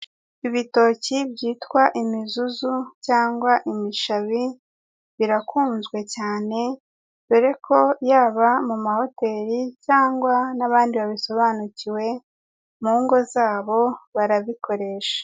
Ibitoki byitwa imizuzu cyangwa imishabi birakunzwe cyane, dore ko yaba mu mahoteri cyangwa n'abandi babisobanukiwe mu ngo zabo barabikoresha